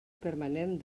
permanent